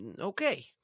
okay